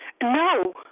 No